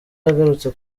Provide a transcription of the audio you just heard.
yagarutse